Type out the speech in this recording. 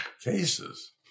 cases